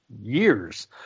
years